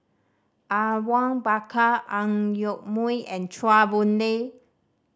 Awang Bakar Ang Yoke Mooi and Chua Boon Lay